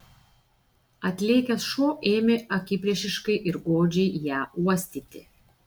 atlėkęs šuo ėmė akiplėšiškai ir godžiai ją uostyti